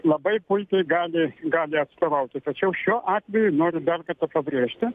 labai puikiai gali gali atstovauti tačiau šiuo atveju noriu dar kartą pabrėžti